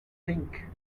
think